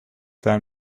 that